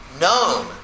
known